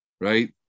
right